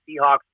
Seahawks